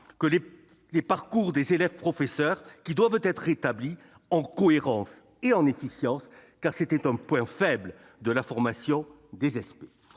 que les parcours des élèves professeurs soient rétablis en cohérence et en efficience ? C'était un point faible de la formation des ÉSPÉ.